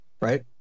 Right